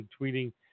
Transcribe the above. tweeting